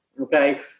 Okay